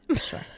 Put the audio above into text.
sure